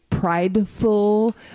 prideful